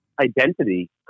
identity